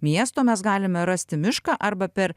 miesto mes galime rasti mišką arba per